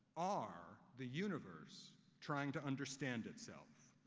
are the universe trying to understand itself.